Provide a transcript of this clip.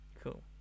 Cool